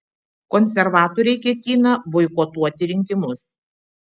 konservatoriai ketina boikotuoti rinkimus